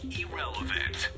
irrelevant